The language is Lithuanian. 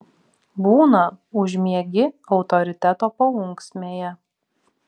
būna užmiegi autoriteto paunksmėje